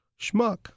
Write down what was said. schmuck